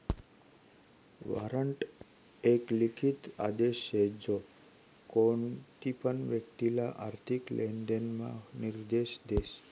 warrant एक लिखित आदेश शे जो कोणतीपण व्यक्तिले आर्थिक लेनदेण म्हा निर्देश देस